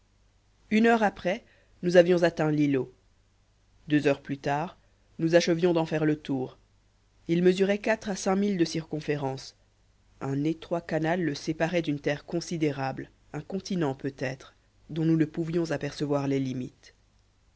une heure après nous avions atteint l'îlot deux heures plus tard nous achevions d'en faire le tour il mesurait quatre à cinq milles de circonférence un étroit canal le séparait d'une terre considérable un continent peut-être dont nous ne pouvions apercevoir les limites